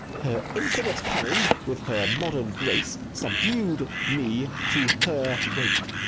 her infinite cunning with her modern grace subdu'd me to her rate.